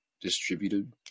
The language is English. distributed